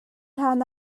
hlan